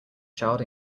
child